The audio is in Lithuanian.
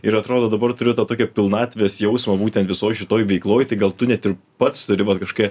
ir atrodo dabar turiu tą tokį pilnatvės jausmą būtent visoj šitoj veikloj tai gal tu net ir pats turi vat kažkokią